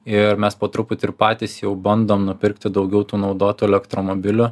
ir mes po truputį ir patys jau bandom nupirkti daugiau tų naudotų elektromobilių